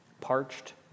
parched